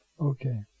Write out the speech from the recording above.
Okay